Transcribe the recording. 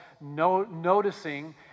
noticing